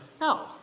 no